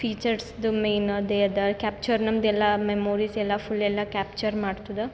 ಫೀಚರ್ಸ್ದು main ಅದೇ ಅದ capture ನಮ್ದು ಎಲ್ಲಾ ಮೆಮೊರಿಸ್ ಎಲ್ಲ ಫುಲ್ ಎಲ್ಲ ಕ್ಯಾಪ್ಚರ್ ಮಾಡ್ತದೆ